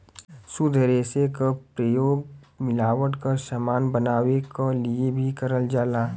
शुद्ध रेसे क प्रयोग मिलावट क समान बनावे क लिए भी करल जाला